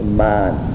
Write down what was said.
man